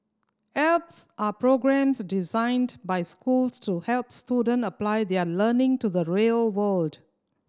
alps are programs designed by schools to help student apply their learning to the real world